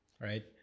right